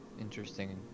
interesting